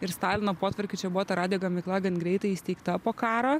ir stalino potvarkiu čia buvo ta radijo gamykla gan greitai įsteigta po karo